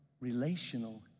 relational